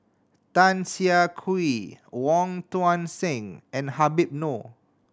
Tan Siah Kwee Wong Tuang Seng and Habib Noh